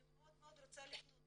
אני מאוד רוצה לפנות